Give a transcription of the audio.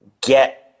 get